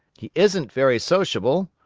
he isn't very sociable.